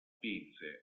spinse